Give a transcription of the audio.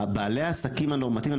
בעלי העסקים הנורמטיביים,